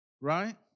right